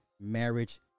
marriage